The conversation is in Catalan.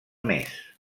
més